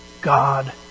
God